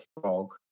Frog